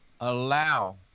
allow